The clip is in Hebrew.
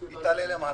היא תעלה למעלה.